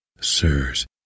Sirs